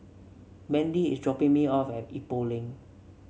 Mendy is dropping me off at Ipoh Lane